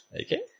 Okay